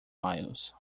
miles